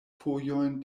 fojojn